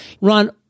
Ron